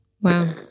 Wow